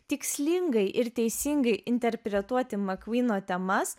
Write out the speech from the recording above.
tikslingai ir teisingai interpretuoti mcqueno temas